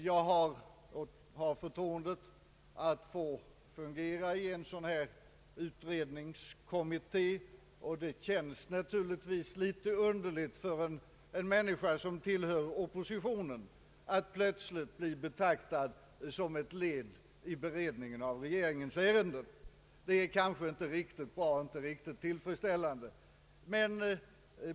Jag har förtroendet att få fungera i en sådan här utredningskommitté, och det känns naturligtvis litet underligt för en människa som tillhör oppositionen att plötsligt bli betraktad såsom ett led i beredningen av regeringens ärenden. Det är kanske inte riktigt bra och tillfredsställande.